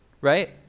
right